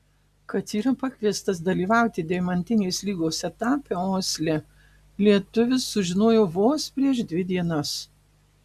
kad yra pakviestas dalyvauti deimantinės lygos etape osle lietuvis sužinojo vos prieš dvi dienas